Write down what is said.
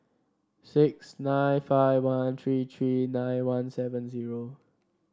six nine five one three three nine one seven zero